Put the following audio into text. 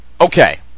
Okay